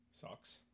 sucks